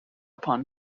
upon